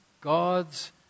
God's